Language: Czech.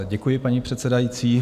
Děkuji, paní předsedající.